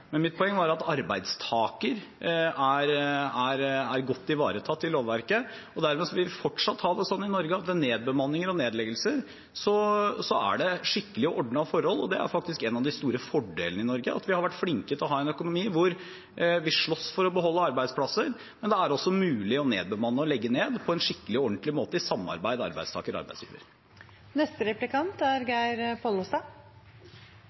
Mitt poeng var at arbeidstaker er godt ivaretatt i lovverket. Dermed vil vi fortsatt ha det sånn i Norge at ved nedbemanninger og nedleggelser er det skikkelige og ordnede forhold. Det er faktisk en av de store fordelene i Norge at vi har vært flinke til å ha en økonomi hvor vi slåss for å beholde arbeidsplasser, men hvor det også er mulig å nedbemanne og legge ned på en skikkelig og ordentlig måte, i et samarbeid mellom arbeidstaker og arbeidsgiver. Det er litt uklart for meg kven det er